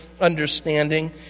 understanding